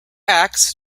acts